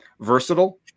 versatile